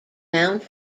mount